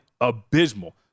abysmal